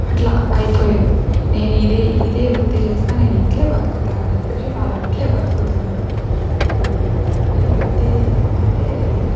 అట్లా అయిపోయేరు నేను ఇదే ఇదే వృత్తి చేస్తా నేనిట్లే బతుకుతా అని చెప్పేసి వాళ్ళట్లే బతుకుతున్నారు ఇప్పుడు ఈ వృత్తి అంటే